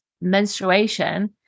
menstruation